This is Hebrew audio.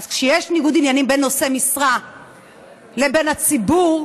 אז כשיש ניגוד עניינים בין נושא משרה לבין הציבור,